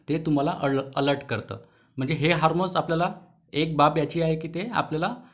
ते तुम्हाला अल अलर्ट करतं म्हणजे हे हार्मोन्स आपल्याला एक बाब याची आहे की ते आपल्याला